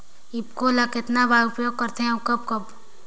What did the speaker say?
ईफको ल कतना बर उपयोग करथे और कब कब?